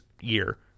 year